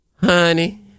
Honey